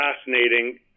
fascinating